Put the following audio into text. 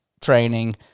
training